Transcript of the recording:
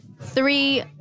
three